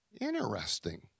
Interesting